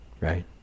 right